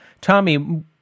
Tommy